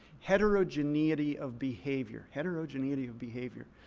heterogeneity of behavior, heterogeneity of behavior.